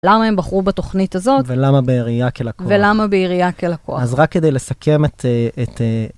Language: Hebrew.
למה הם בחרו בתוכנית הזאת? ולמה בעירייה כלקוח? ולמה בעירייה כלקוח? אז רק כדי לסכם את...